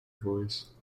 voice